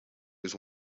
was